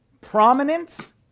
prominence